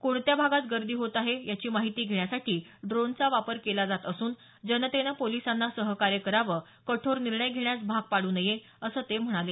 कोणत्या भागात गर्दी होत आहे याची माहिती घेण्यासाठी ड्रोनचा वापर केला जात असून जनतेनं पोलिसांना सहकार्य करावं कठोर निर्णय घेण्यास भाग पाडू नये असं ते म्हणाले